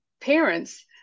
parents